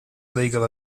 legal